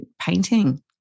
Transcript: painting